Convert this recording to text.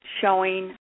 showing